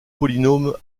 polynômes